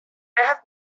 have